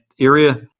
area